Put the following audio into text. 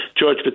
George